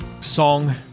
song